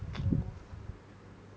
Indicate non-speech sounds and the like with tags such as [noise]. [noise]